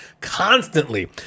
constantly